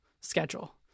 schedule